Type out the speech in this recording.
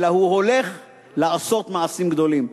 אלא הוא הולך לעשות מעשים גדולים.